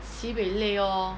sibeh 累 lor